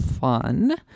fun